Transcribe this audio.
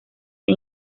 que